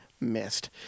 missed